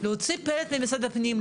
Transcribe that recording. להוציא פרק כתובות ממשרד הפנים,